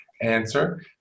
answer